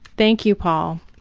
thank you, paul.